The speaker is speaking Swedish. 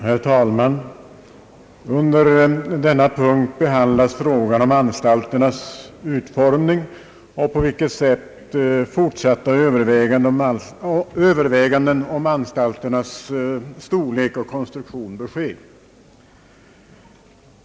Herr talman! Under denna punkt behandlas frågan om anstalternas utformning och på vilket sätt fortsatta överväganden om anstalternas storlek och konstruktion bör ske.